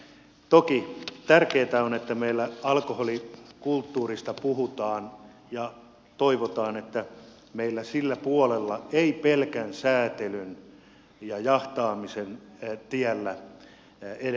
toki tärkeätä on että meillä alkoholikulttuurista puhutaan mutta toivotaan että meillä sillä puolella ei pelkän säätelyn ja jahtaamisen tiellä edetä